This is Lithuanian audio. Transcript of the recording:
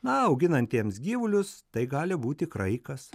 na o auginantiems gyvulius tai gali būti kraikas